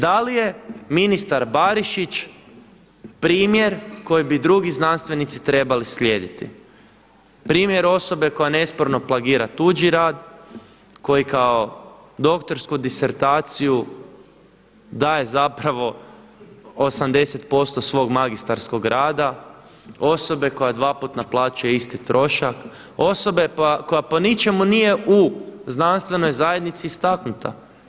Da li je ministar Barišić primjer koji bi drugi znanstvenici trebali slijediti, primjer osobe koja nesporno plagira tuđi rad, koji kao doktorsku disertaciju daje zapravo 80% svog magistarskog rada, osobe koja 2 puta naplaćuje isti trošak, osobe koja po ničemu nije u znanstvenoj zajednici istaknuta?